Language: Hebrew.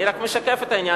אני רק משקף את העניין.